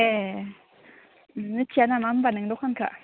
ए मिथिया नामा होनबा नों दखानखौ